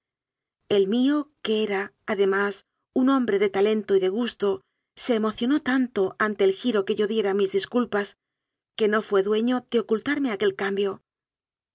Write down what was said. el mío que era además un hombre de talento y de gusto se emocionó tanto ante el giro que yo diera a mis disculpas que no fué dueño de ocultarme aquel cambio